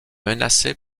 menacée